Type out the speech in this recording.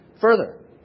Further